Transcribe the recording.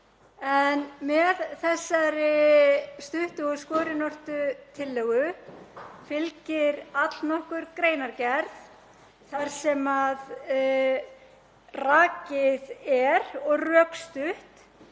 Með þessari stuttu og skorinortu tillögu fylgir allnokkur greinargerð þar sem rakið er og rökstutt